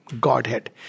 godhead